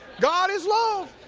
god is love.